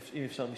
אם אפשר משפט?